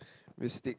Mystic